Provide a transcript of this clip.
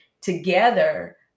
together